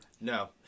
No